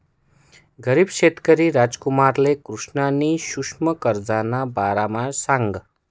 गरीब शेतकरी रामकुमारले कृष्णनी सुक्ष्म कर्जना बारामा सांगं